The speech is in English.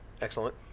Excellent